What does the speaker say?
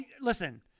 listen